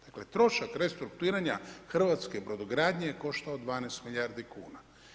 Dakle, trošak restrukturiranja hrvatske brodogradnje je koštao 12 milijardi kuna.